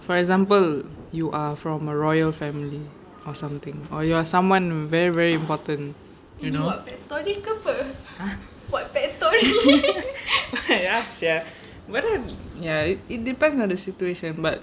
for example you are from a royal family or something or you are someone very very important you know ah ya sia but then ya it depends on the situation but